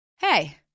Hey